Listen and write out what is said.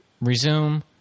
resume